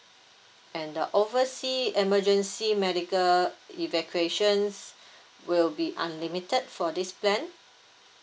and the oversea emergency medical evacuations will be unlimited for this plan